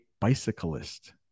bicyclist